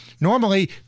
normally